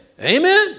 Amen